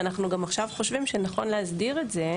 ואנחנו חושבים שנכון להסדיר את זה,